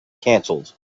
cancelled